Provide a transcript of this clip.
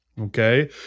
Okay